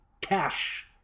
cash